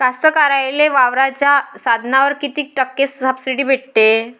कास्तकाराइले वावराच्या साधनावर कीती टक्के सब्सिडी भेटते?